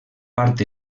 part